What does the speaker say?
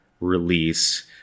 release